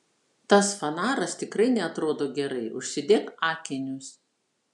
tas fanaras tikrai neatrodo gerai užsidėk akinius